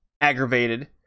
aggravated